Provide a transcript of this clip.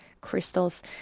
crystals